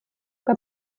bei